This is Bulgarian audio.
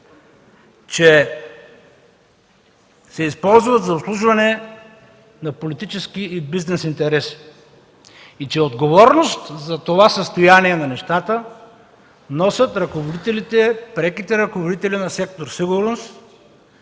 „че се използват за обслужване на политически и бизнес интереси и че отговорност за това състояние на нещата носят преките ръководители на сектор „Сигурност”.